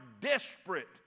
desperate